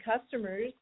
customers